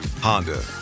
Honda